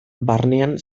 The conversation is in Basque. barnean